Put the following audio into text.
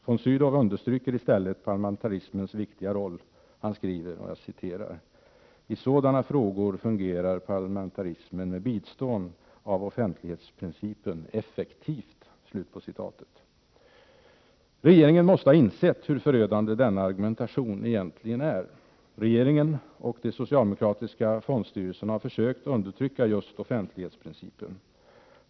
von Sydow understryker i stället parlamentarismens viktiga roll. Han skriver: ”I sådana frågor fungerar parlamentarismen med bistånd av offentlighetsprincipen effektivt.” Regeringen måste ha insett hur förödande denna argumentation egentligen är. Regeringen och de socialdemokratiska fondstyrelserna har försökt undertrycka just offentlighetsprincipen.